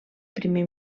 primer